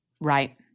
Right